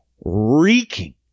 reeking